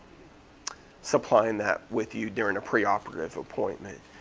supplying that with you during a pre-operative appointment.